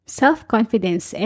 self-confidence